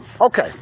Okay